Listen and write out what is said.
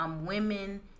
Women